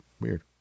Weird